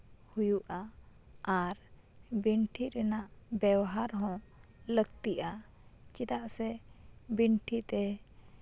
ᱟᱨᱩᱵ ᱦᱩᱭᱩᱜᱼᱟ ᱟᱨ ᱵᱷᱮᱱᱴᱤ ᱨᱮᱱᱟᱜ ᱵᱮᱣᱦᱟᱨ ᱦᱚᱸ ᱞᱟᱹᱠᱛᱤᱜᱼᱟ ᱪᱮᱫᱟᱜ ᱥᱮ ᱵᱤᱱᱴᱷᱤ ᱛᱮ